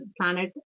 planet